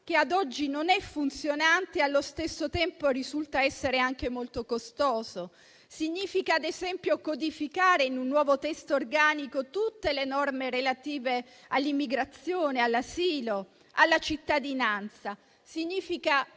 che ad oggi non è funzionante e allo stesso tempo risulta essere anche molto costoso. Affrontare il tema con serietà significa, ad esempio, codificare in un nuovo testo organico tutte le norme relative all'immigrazione, all'asilo, alla cittadinanza. Significa